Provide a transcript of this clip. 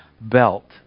belt